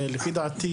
לפי דעתי,